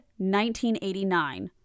1989